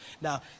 Now